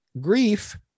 grief